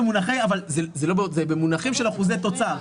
אבל זה במונחים של אחוזי תוצר,